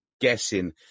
guessing